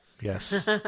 Yes